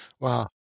Wow